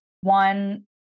one